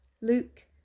Luke